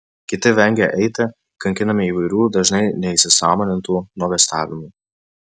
kiti vengia eiti kankinami įvairių dažnai neįsisąmonintų nuogąstavimų